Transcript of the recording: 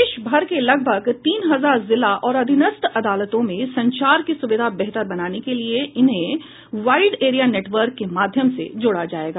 देश भर के लगभग तीन हजार जिला और अधीनस्थ अदालतों में संचार की सुविधा बेहतर बनाने के लिए इन्हें वाइड एरिया नेटवर्क के माध्यम से जोड़ा जाएगा